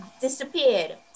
disappeared